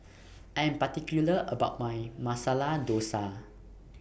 I Am particular about My Masala Dosa